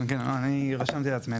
כן, אני רשמתי לעצמי.